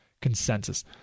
consensus